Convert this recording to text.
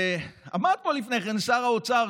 עמד פה לפני כן שר האוצר,